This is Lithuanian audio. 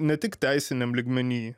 ne tik teisiniam lygmeny